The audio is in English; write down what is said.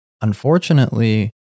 unfortunately